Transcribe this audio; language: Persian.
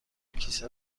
کیسه